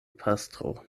pastro